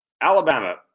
Alabama